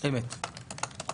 אז